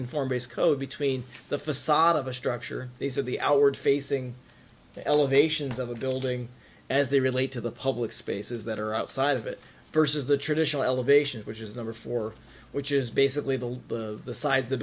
code between the facade of a structure these are the outward facing elevations of a building as they relate to the public spaces that are outside of it versus the traditional elevations which is number four which is basically the size